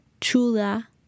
chula